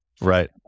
Right